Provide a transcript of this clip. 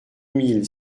mille